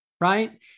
right